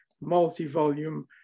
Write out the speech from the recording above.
multi-volume